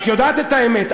ואת יודעת את האמת.